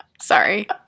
Sorry